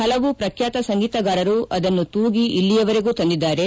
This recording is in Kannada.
ಹಲವು ಪ್ರಖ್ಯಾತ ಸಂಗೀತಗಾರರು ಅದನ್ನು ತೂಗಿ ಇಲ್ಲಿಯವರೆಗೂ ತಂದಿದ್ದಾರೆ